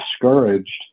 discouraged